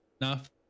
enough